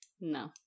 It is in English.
no